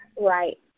Right